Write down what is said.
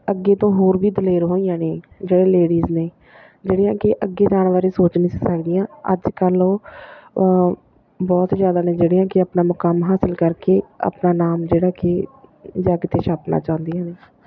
ਅੱਗੇ ਤੋਂ ਹੋਰ ਵੀ ਦਲੇਰ ਹੋਈਆਂ ਨੇ ਜਿਹੜੇ ਲੇਡੀਜ ਨੇ ਜਿਹੜੀਆਂ ਕਿ ਅੱਗੇ ਜਾਣ ਬਾਰੇ ਸੋਚ ਨਹੀਂ ਸਿਖਾਈ ਦੀਆਂ ਅੱਜ ਕੱਲ੍ਹ ਉਹ ਬਹੁਤ ਜ਼ਿਆਦਾ ਨੇ ਜਿਹੜੀਆਂ ਕਿ ਆਪਣਾ ਮੁਕਾਮ ਹਾਸਿਲ ਕਰਕੇ ਆਪਣਾ ਨਾਮ ਜਿਹੜਾ ਕਿ ਜੱਗ 'ਤੇ ਛਾਪਣਾ ਚਾਹੁੰਦੀ ਹਾਂ